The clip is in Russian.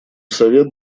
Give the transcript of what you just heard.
совет